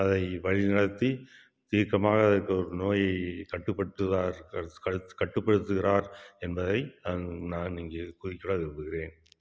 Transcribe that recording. அதை வழிநடத்தி தீர்க்கமாக அதற்கு ஒரு நோயை கட்டுப்படுத்துறார் கட்டுப்படுத்துகிறார் என்பதை நான் இங்கே கூறிக்கொள்ள விரும்புகிறேன்